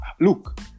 look